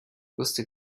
wusste